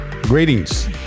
Greetings